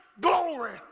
glory